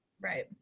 right